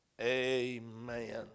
amen